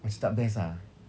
macam tak best ah